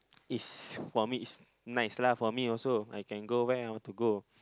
is for me it's nice lah for me also I can go where I want to go